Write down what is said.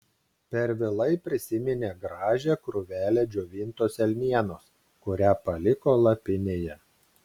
per vėlai prisiminė gražią krūvelę džiovintos elnienos kurią paliko lapinėje